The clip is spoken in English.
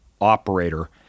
operator